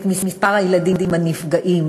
את מספר הילדים הנפגעים,